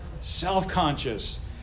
Self-conscious